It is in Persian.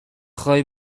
خوای